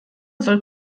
soll